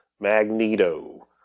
Magneto